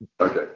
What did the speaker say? Okay